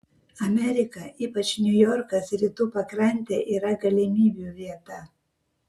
amerika ypač niujorkas rytų pakrantė yra galimybių vieta